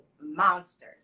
monster